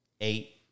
Eight